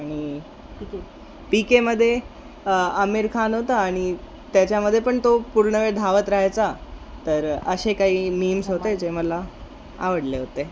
आणि P K पिकेमध्ये आमीर खान होता आणि त्याच्यामध्ये पण तो पूर्ण वेळ धावत राहायचा तर असे काही मीम्स होते जे मला आवडले होते